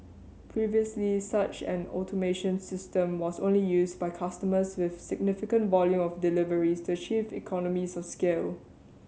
previously such an automation system was only used by customers with significant volume of deliveries to achieve economies of scale